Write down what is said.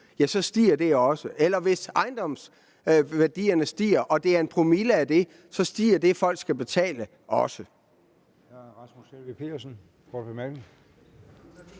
stiger, stiger det beløb også. Eller hvis ejendomsværdierne stiger, og afgiften er en promillesats af ejendomsværdien, så stiger det, folk skal betale, også.